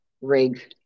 rig